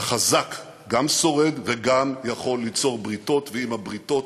החזק גם שורד וגם יכול ליצור בריתות, ועם הבריתות